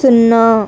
సున్నా